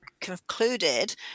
concluded